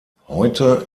heute